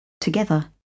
together